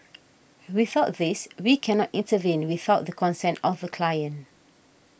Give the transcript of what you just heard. without this we cannot intervene without the consent of the client